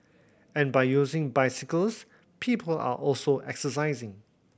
and by using bicycles people are also exercising